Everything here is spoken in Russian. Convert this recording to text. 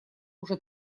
уже